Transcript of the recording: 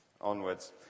onwards